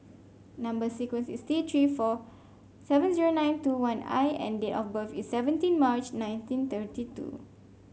number sequence is T Three four seven zero nine two one I and date of birth is seventeen March nineteen thirty two